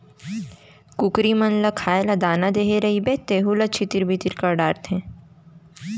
कुकरी मन ल खाए बर दाना देहे रइबे तेहू ल छितिर बितिर कर डारथें